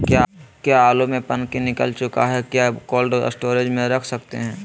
क्या आलु में पनकी निकला चुका हा क्या कोल्ड स्टोरेज में रख सकते हैं?